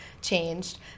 Changed